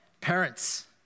parents